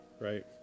right